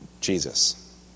Jesus